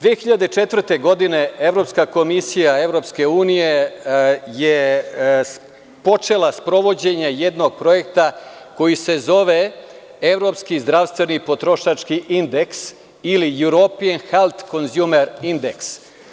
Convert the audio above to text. Dvehiljade četvrte godine Evropska komisija EU je počela sprovođenje jednog projekta koji se zove „Evropski zdravstveni potrošački indeks“ ili „European health consumer index“